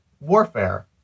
warfare